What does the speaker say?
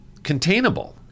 containable